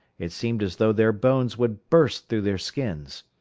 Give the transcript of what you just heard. it seemed as though their bones would burst through their skins.